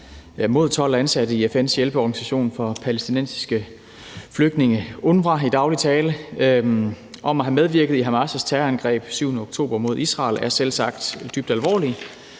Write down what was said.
mod 12 ansatte i FN's hjælpeorganisation for palæstinensiske flygtninge, UNRWA i daglig tale, om at have medvirket i Hamas' terrorangreb den 7. oktober mod Israel er selvsagt dybt alvorlige